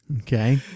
Okay